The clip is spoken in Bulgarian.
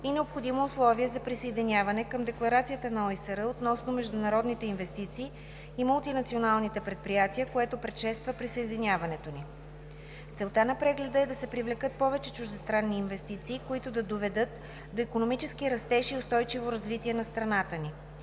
и необходимо условие за присъединяване към Декларацията на ОИСР относно международните инвестиции и мултинационалните предприятия, което предшества присъединяването ни. Целта на прегледа е да се привлекат повече чуждестранни инвестиции, които да доведат до икономически растеж и устойчиво развитие на страната ни.